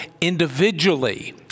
individually